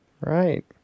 Right